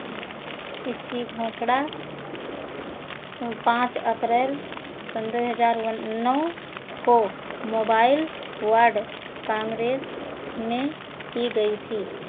इसकी घोषणा पाँच अप्रैल सन् दो हजार नौ को मोबाइल वर्ड कांग्रेस में की गई थी